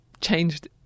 changed